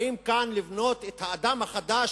והיא שבאים כאן לבנות את האדם החדש,